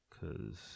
Cause